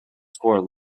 score